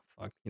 fuck